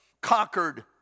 conquered